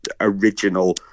original